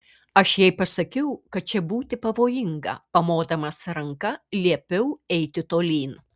aš jai pasakiau kad čia būti pavojinga pamodamas ranka liepiau eiti tolyn